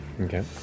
Okay